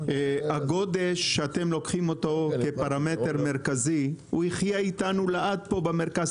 הגודש שאתם לוקחים אותו כפרמטר מרכזי יחיה איתנו לעד פה במרכז.